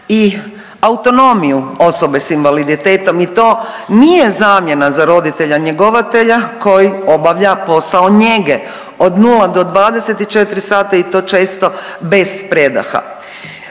i autonomiju osobe s invaliditetom i to nije zamjena za roditelja njegovatelja koji obavlja posao njege od nula do 24 sata i to često bez predaha.